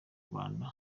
rwanda